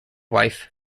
wife